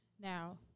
Now